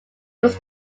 was